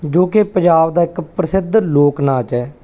ਜੋ ਕਿ ਪੰਜਾਬ ਦਾ ਇੱਕ ਪ੍ਰਸਿੱਧ ਲੋਕ ਨਾਚ ਹੈ